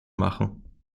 machen